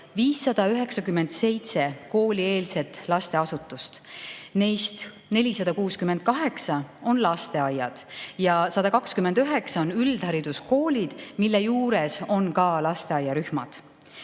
597 koolieelset lasteasutust. Neist 468 on lasteaiad ja 129 on üldhariduskoolid, mille juures on ka lasteaiarühmad.